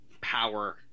power